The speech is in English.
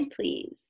please